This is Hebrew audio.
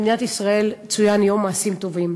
במדינת ישראל צוין יום מעשים טובים.